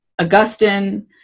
Augustine